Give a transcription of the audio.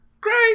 Great